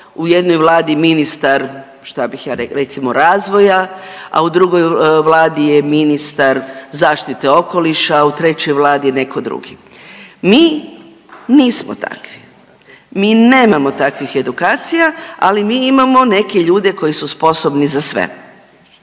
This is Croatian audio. u jednoj vladi ministar, šta bih ja .../nerazumljivo/... recimo razvoja, a u drugoj vladi je ministar zaštite okoliša, u trećoj vladi je netko drugi. Mi nismo takvi. Mi nemamo takvih edukacija, ali mi imamo neke ljude koji su sposobni za sve.